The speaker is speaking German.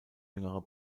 jüngerer